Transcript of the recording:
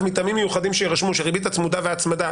מטעמים מיוחדים שיירשמו שהריבית הצמודה וההצמדה,